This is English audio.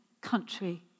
country